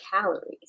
calories